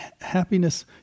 happiness